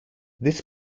this